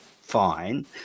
fine